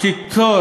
שייצור